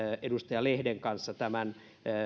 edustaja lehden kanssa tämän